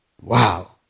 Wow